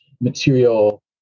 material